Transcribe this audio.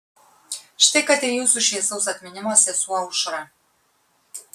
štai kad ir jūsų šviesaus atminimo sesuo aušra